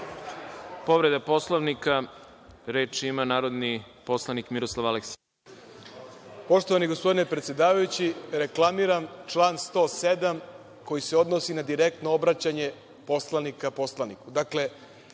Poštovani gospodine predsedavajući, reklamiram član 107. koji se odnosi na direktno obraćanje poslanika poslaniku.